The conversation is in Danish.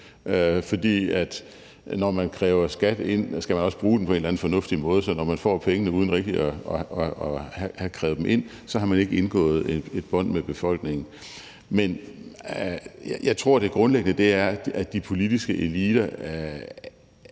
For når man kræver skat ind, skal man også bruge den på en eller anden fornuftig måde, så når man får pengene uden rigtig at have krævet dem ind, har man jo ikke skabt et bånd med befolkningen. Men jeg tror, det grundlæggende er, at de politiske eliter